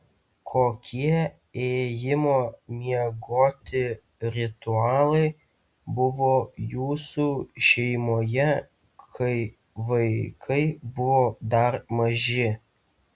kokie ėjimo miegoti ritualai buvo jūsų šeimoje kai vaikai buvo dar maži